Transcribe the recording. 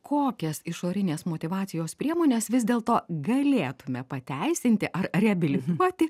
kokias išorinės motyvacijos priemones vis dėlto galėtume pateisinti ar reabilituoti